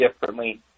differently